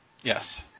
Yes